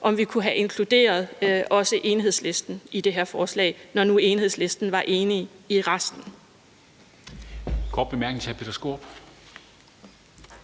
også kunne have inkluderet Enhedslisten i det her forslag, når nu Enhedslisten var enige i resten.